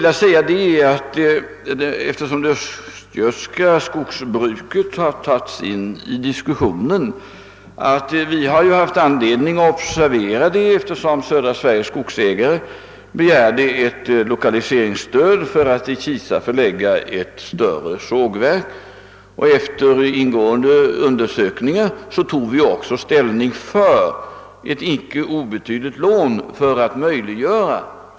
Låt mig framhålla att vi haft anledning observera de frågor som gäller det östgötska skogsbruket. Södra Sveriges skogsägareförening begärde ju ett lokaliseringsstöd för att till Kisa förlägga ett större sågverk, och efter ingående undersökningar beviljade vi ett icke obetydligt lån härför.